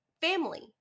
family